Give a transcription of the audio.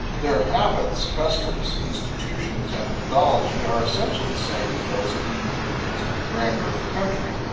their habits, customs, institutions, and mythology are essentially the same as those of the ute indians of the grand river country,